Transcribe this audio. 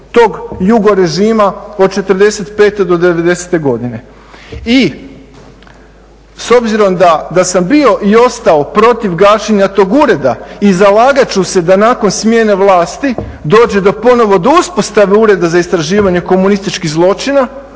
tog jugorežima od '45.do '90.-te godine. I s obzirom da sam bio i ostao protiv gašenja tog ureda i zalagat ću se da nakon smjene vlasti dođe ponovno do uspostave Ureda za istraživanje komunističkih zločina,